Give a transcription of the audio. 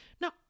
Now